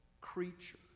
creature